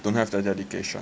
don't have that dedication